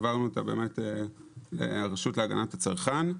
העברנו אותה לרשות להגנת הצרכן.